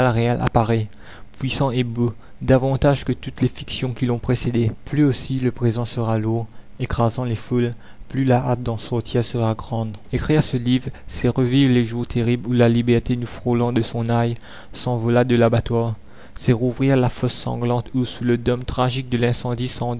réel apparaît puissant et beau davantage que toutes les fictions qui l'ont précédé plus aussi le présent sera lourd écrasant les foules plus la hâte d'en sortir sera grande ecrire ce livre c'est revivre les jours terribles où la liberté nous frôlant de son aile s'envola de l'abattoir c'est rouvrir la fosse sanglante où sous le dôme tragique de l'incendie